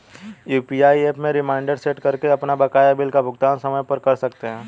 UPI app में reminder set करके आप बकाया बिल का भुगतान समय पर कर सकते हैं